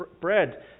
bread